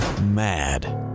mad